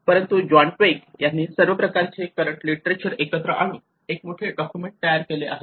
परंतु John Twigg यांनी सर्व प्रकारचे करंट लिटरेचर एकत्र आणून एक मोठे डॉक्युमेंट तयार केले आहे